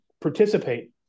participate